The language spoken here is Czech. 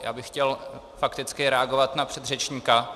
Já bych chtěl fakticky reagovat na předřečníka.